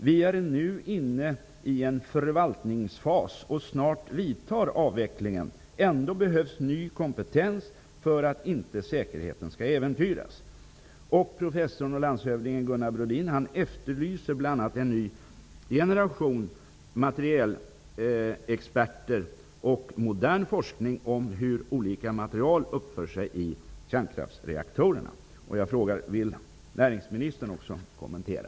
Vi är nu inne i en förvaltningsfas och snart vidtar avvecklingen. Ändå behövs ny kompetens för att inte säkerheten ska äventyras.'' Professorn och landshövdingen Gunnar Brodin efterlyser bl.a. en ny generation materielexperter och modern forskning om hur olika material uppför sig i kärnkraftsreaktorerna.